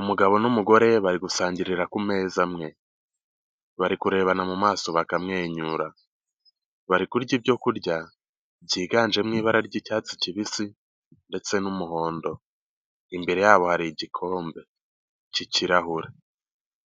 Umugabo n'umugore bari gusangirira ku meza amwe, bari kurebana mu maso bakamwenyura, bari kurya ibyo kurya byiganjemo ibara ry'icyatsi kibisi ndetse n'umuhondo, imbere yabo hari igikombe cy'ikirahure